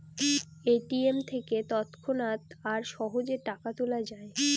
ATM থেকে তৎক্ষণাৎ আর সহজে টাকা তোলা যায়